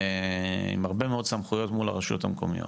עם הרבה מאוד סמכויות מול הרשויות המקומיות.